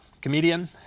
comedian